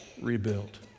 rebuilt